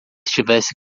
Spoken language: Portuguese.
estivesse